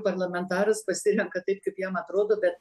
parlamentaras pasirenka taip kaip jam atrodo bet